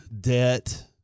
debt